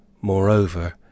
Moreover